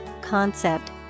concept